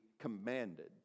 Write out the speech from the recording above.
commanded